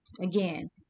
Again